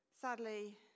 Sadly